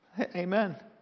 Amen